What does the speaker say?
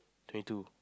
twenty two